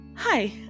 Hi